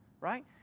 right